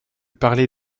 parlais